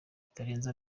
kitarenze